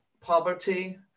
poverty